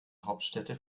hauptstädte